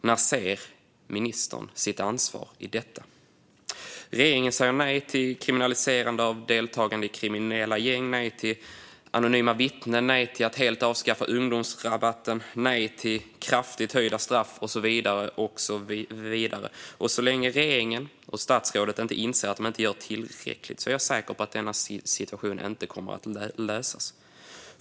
När ser ministern sitt ansvar i detta? Regeringen säger nej till kriminalisering av deltagande i kriminella gäng, till anonyma vittnen, till att helt avskaffa ungdomsrabatten, till kraftigt höjda straff och så vidare. Så länge regeringen och statsrådet inte inser att man inte gör tillräckligt är jag säker på att denna situation inte kommer att lösas.